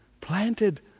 planted